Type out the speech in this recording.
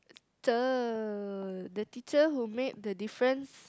cher the teacher who made the difference